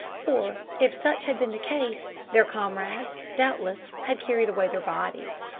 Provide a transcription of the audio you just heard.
for if such had been the case, their comrades, doubtless, had carried away their bodies.